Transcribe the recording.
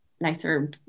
nicer